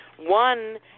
One